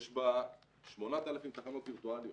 יש בה 8,000 תחנות וירטואליות.